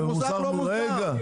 במוסך לא מוסדר.